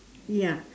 ya